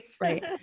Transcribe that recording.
Right